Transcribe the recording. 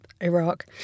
Iraq